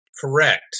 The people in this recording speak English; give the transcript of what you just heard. Correct